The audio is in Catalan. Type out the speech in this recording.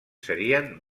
serien